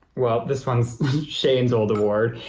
well, this one is shane's old award.